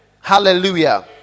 Hallelujah